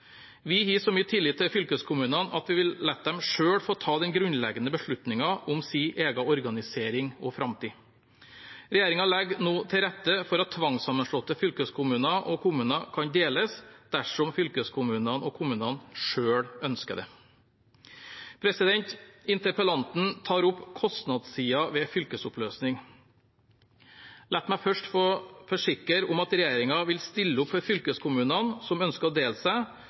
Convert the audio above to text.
Vi har så mye tillit til fylkeskommunene at vi vil la dem selv få ta den grunnleggende beslutningen om sin egen organisering og framtid. Regjeringen legger nå til rette for at tvangssammenslåtte fylkeskommuner og kommuner kan deles, dersom fylkeskommunene og kommunene selv ønsker det. Interpellanten tar opp kostnadssiden ved en fylkesoppløsning. La meg først få forsikre om at regjeringen vil stille opp for fylkeskommunene som ønsker å dele seg,